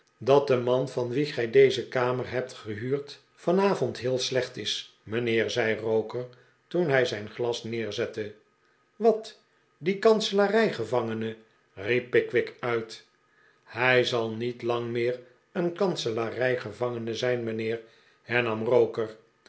dat de man van wien gij deze kamer hebt gehuurd vanavond heel slecht is mijnheer zei roker toen hij zijn glas neerzette wat die kanselarij gevangene riep pickwick uit hij zal niet lang meer een kanselarijgevangene zijn mijnheer hernam roker